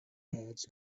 birds